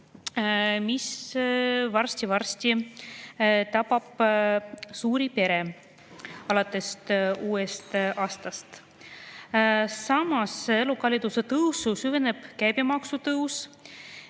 mis varsti-varsti tabab suuri peresid, alates uuest aastast. Elukalliduse tõusu süvendab käibemaksutõus,